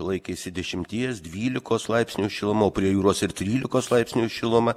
laikėsi dešimties dvylikos laipsnių šiluma o prie jūros ir trylikos laipsnių šiluma